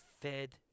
fed